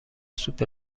سوپ